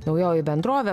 naujoji bendrovė